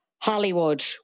Hollywood